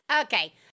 Okay